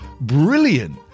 brilliant